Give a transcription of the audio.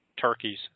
turkeys